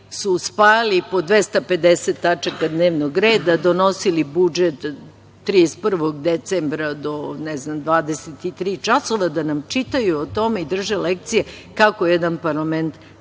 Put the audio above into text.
su spajali po 250 tačaka dnevnog reda, donosili budžet 31. decembra do, ne znam 23 časova, da nam čitaju o tome i drže lekcije, kako jedan parlament